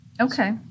Okay